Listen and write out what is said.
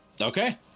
Okay